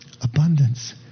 Abundance